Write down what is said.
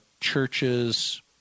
churches